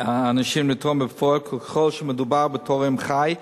אנשים לתרום בפועל, ככל שמדובר בתורם חי,